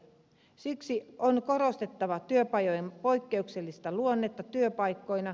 siksi on korostettava työpajojen poikkeuksellista luonnetta työpaikkoina